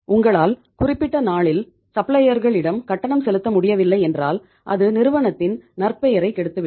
உங்களால் குறிப்பிட்ட நாளில் சப்ளையர்கள் இடம் கட்டணம் செலுத்த முடியவில்லை என்றால் அது நிறுவனத்தின் நற்பெயரை கெடுத்துவிடும்